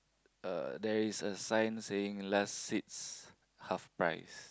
uh there is a sign saying last six half price